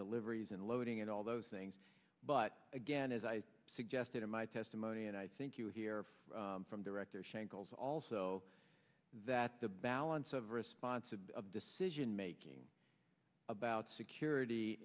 deliveries and loading and all those things but again as i suggested in my testimony and i think you'll hear from director shingles also that the balance of response to a decision making about security